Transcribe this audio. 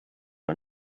are